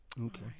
Okay